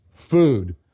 food